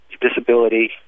disability